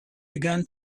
began